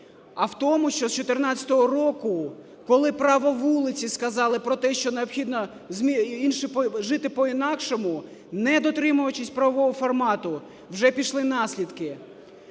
А в тому, що з 14-го року, коли право вулиці сказали про те, що необхідно жити по-інакшому, не дотримуючись правового формату, вже пішли наслідки.